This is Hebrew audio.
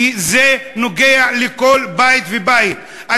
כי זה נוגע לכל בית ובית.